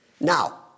Now